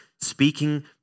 speaking